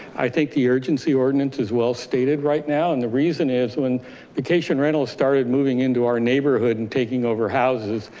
i think the urgency ordinance as well stated right now. and the reason is when the cation rentals started moving into our neighborhood and taking over houses,